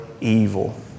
evil